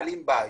מעלים בעיות.